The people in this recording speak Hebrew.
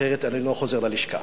אחרת אני לא חוזר ללשכה,